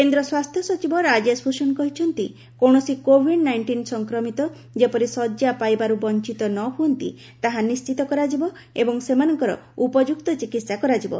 କେନ୍ଦ୍ର ସ୍ୱାସ୍ଥ୍ୟ ସଚିବ ରାଜେଶ ଭୂଷଣ କହିଛନ୍ତି କୌଣସି କୋଭିଡ୍ ନାଇଷ୍ଟିନ୍ ସଂକ୍ରମିତ ଯେପରି ଶଯ୍ୟା ପାଇବାରୁ ବଞ୍ଚିତ ନ ହୁଅନ୍ତି ତାହା ନିଶ୍ଚିତ କରାଯିବ ଏବଂ ସେମାନଙ୍କର ଉପଯୁକ୍ତ ଚିକିହା କରାଯିବ